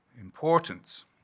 importance